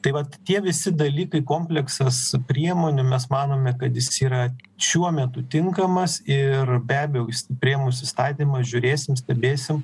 tai vat tie visi dalykai kompleksas priemonių mes manome kad jis yra šiuo metu tinkamas ir be abejo priėmus įstatymą žiūrėsim stebėsim